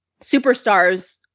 superstars